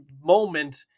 moment